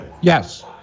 Yes